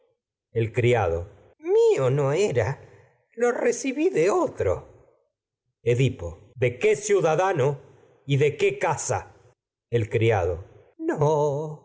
de criado mío no era lo recibí de otro y edipo qe qué ciudadano de qué casa tragedias de sófocles el criado no